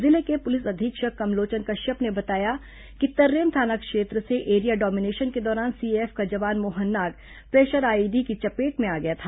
जिले के पुलिस अधीक्षक कमलोचन कश्यप ने बताया कि तर्रेम थाना क्षेत्र से एरिया डोमिनेशन के दौरान सीएएफ का जवान मोहन नाग प्रेशर आईईडी की चपेट में आ गया था